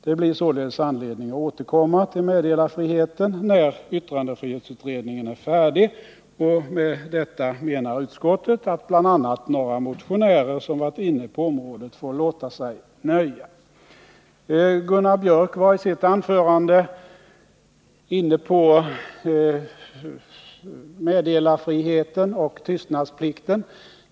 Det blir således anledning att återkomma till meddelarfriheten när yttrandefrihetsutredningen är färdig, och med detta menar utskottet att bl.a. några motionärer som varit inne på området får låta sig nöja. Gunnar Biörck i Värmdö var i sitt anförande inne på meddelarfriheten och tystnadsplikten.